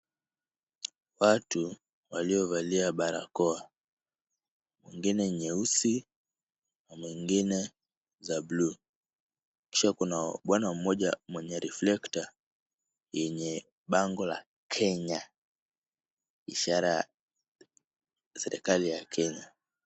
Watu waliovalia barakoa, mwingine nyeusi na mwingine za blue , kisha kuna bwana mmoja mwenye reflector yenye bango la Kenya, ishara ya serikali ya Kenya.